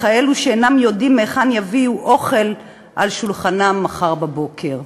לכאלו שאינם יודעים מהיכן יביאו אוכל לשולחנם מחר בבוקר.